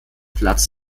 platz